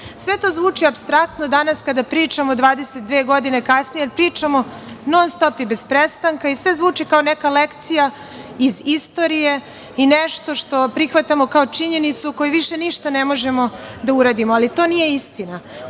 to zvuči apstraktno danas kada pričamo, 22 godine kasnije, pričamo non-stop i bez prestanka i sve zvuči kao neka lekcija iz istorije i nešto što prihvatamo kao činjenicu kojoj više ništa ne možemo da uradimo, ali to nije istina.